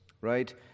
right